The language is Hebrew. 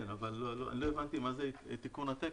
כן, אבל לא הבנתי מה זה תיקון התקן.